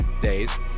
days